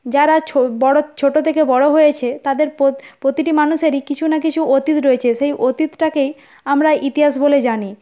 যারা ছোট থেকে বড় হয়েছে তাদের প্রতিটি মানুষেরই কিছু না কিছু অতীত রয়েছে সেই অতীতটাকেই আমরা ইতিহাস বলে জানি